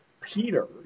Peter